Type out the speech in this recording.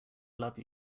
love